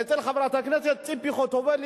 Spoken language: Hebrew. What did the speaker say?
אצל חברת הכנסת חוטובלי,